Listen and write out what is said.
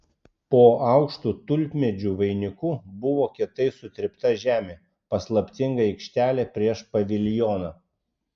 po aukštu tulpmedžių vainiku buvo kietai sutrypta žemė paslaptinga aikštelė prieš paviljoną